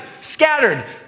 scattered